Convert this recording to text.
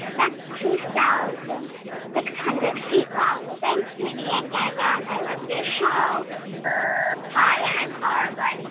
that's two thousand six hundred feet long. thanks, mindy and guy raz. i love your show hi, i'm arva,